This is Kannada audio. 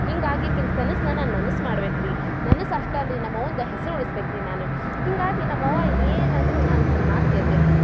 ಹೀಗಾಗಿ ಆಕಿನ ಕನಸನ್ನ ನಾನು ನನಸು ಮಾಡ್ಬೇಕು ರೀ ನನಸು ಅಷ್ಟ ಅಲ್ರಿ ನಮ್ಮವ್ವಂದ ಹೆಸ್ರು ಉಳಿಸ್ಬೇಕು ರೀ ನಾನು ಹೀಗಾಗಿ ನಮ್ಮವ್ವ ಏನು ಅಂದ್ರು ನಾನು ಆಕಿನ ಮಾತು ಕೇಳ್ತೇನೆ ರೀ